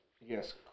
Yes